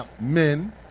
men